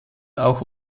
auch